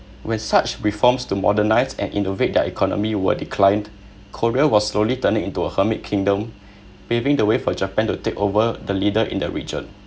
when such reforms to modernise and innovate their economy were declined korea was slowly turning into a hermit kingdom paving the way for japan to take over the leader in the region